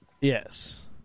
Yes